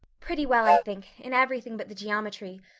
pretty well, i think, in everything but the geometry.